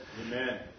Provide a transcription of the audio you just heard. Amen